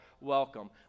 welcome